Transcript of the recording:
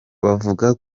bavuga